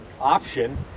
option